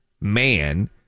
man